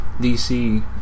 DC